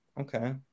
okay